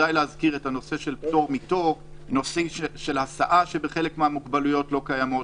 די להזכיר את הנושא של הסעה שבחלק מהמוגבלויות לא קיימות,